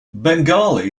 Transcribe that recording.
bengali